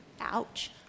ouch